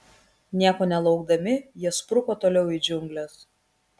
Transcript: nieko nelaukdami jie spruko toliau į džiungles